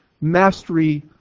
mastery